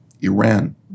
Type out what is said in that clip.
Iran